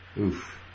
Oof